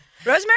Rosemary